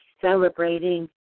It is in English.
celebrating